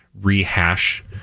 rehash